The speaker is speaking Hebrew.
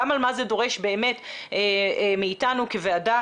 גם על מה זה דורש באמת מאיתנו כוועדה